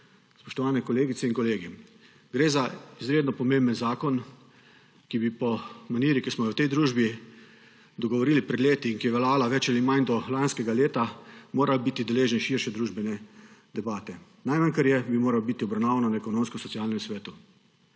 Spoštovane kolegice in kolegi! Gre za izredno pomemben zakon, ki bi po maniri, ki smo jo v tej družbi dogovorili pred leti in ki je veljala več ali manj do lanskega leta, morali biti deležni širše družbene debate. Najmanj, kar je, bi moral biti obravnavan na Ekonomsko-socialnem svetu.